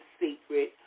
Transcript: secret